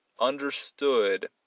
understood